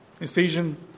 Ephesians